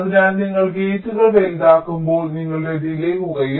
അതിനാൽ നിങ്ങൾ ഗേറ്റുകൾ വലുതാക്കുമ്പോൾ നിങ്ങളുടെ ഡിലേയ് കുറയും